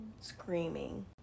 Screaming